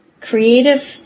creative